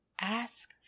ask